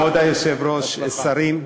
כבוד היושב-ראש, שרים,